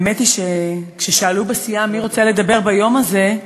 האמת היא שכששאלו בסיעה מי רוצה לדבר ביום הזה,